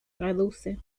reduce